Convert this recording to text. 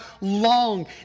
long